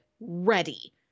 ready